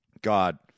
God